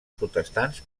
protestants